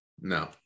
No